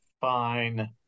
fine